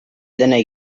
denei